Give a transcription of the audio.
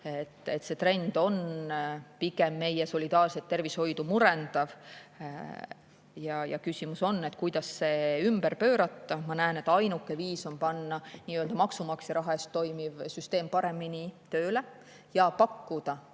See trend on pigem meie solidaarset tervishoidu murendav. Küsimus on, kuidas see ümber pöörata. Ma näen, et ainuke viis on panna maksumaksja raha eest toimiv süsteem paremini tööle ja pakkuda